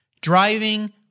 driving